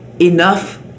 enough